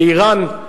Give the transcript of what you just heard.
אירן,